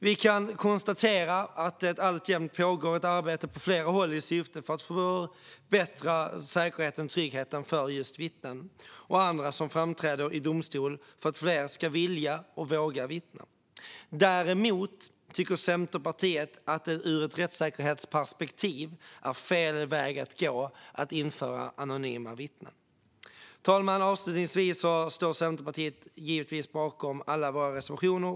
Vi kan konstatera att det på flera håll alltjämt pågår arbete i syfte att förbättra säkerheten och tryggheten för vittnen och andra som framträder inför domstol för att fler ska vilja och våga vittna. Ur ett rättssäkerhetsperspektiv tycker Centerpartiet däremot att anonyma vittnen är fel väg att gå. Herr talman! Vi i Centerpartiet står givetvis bakom samtliga av våra reservationer.